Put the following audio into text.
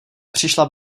přišla